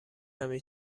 همه